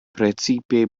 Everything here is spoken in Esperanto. precipe